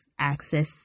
access